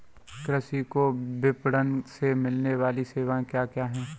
कृषि को विपणन से मिलने वाली सेवाएँ क्या क्या है